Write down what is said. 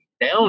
down